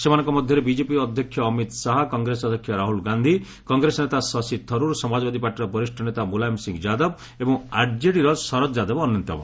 ସେମାନଙ୍କ ମଧ୍ୟରେ ବିଜେପି ଅଧ୍ୟକ୍ଷ ଅମିତ୍ ଶାହା କଂଗ୍ରେସ ଅଧ୍ୟକ୍ଷ ରାହୁଲ୍ ଗାନ୍ଧି କଂଗ୍ରେସ ନେତା ଶଶି ଥରୁର୍ ସମାଜବାଦୀ ପାର୍ଟିର ବରିଷ୍ଣ ନେତା ମୁଲାୟମ୍ ସିଂ ଯାଦବ ଏବଂ ଆର୍କେଡିର ଶରଦ୍ ଯାଦବ ଅନ୍ୟତମ